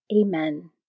Amen